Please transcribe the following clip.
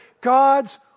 God's